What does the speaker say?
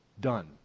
done